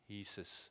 Jesus